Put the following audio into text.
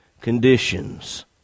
conditions